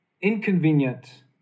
inconvenient